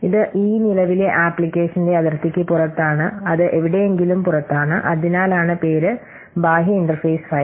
ഇത് ഈ നിലവിലെ ആപ്ലിക്കേഷന്റെ അതിർത്തിക്ക് പുറത്താണ് അത് എവിടെയെങ്കിലും പുറത്താണ് അതിനാലാണ് പേര് ബാഹ്യ ഇന്റർഫേസ് ഫയൽ